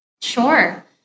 Sure